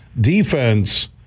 defense